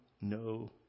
no